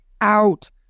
out